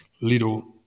little